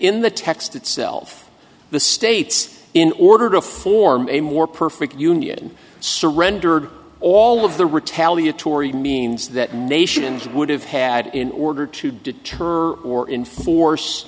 in the text itself the states in order to form a more perfect union surrendered all of the retaliatory means that nation would have had in order to deter or or in force